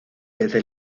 desde